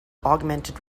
augmented